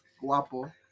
Guapo